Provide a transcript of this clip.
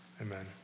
Amen